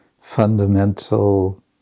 fundamental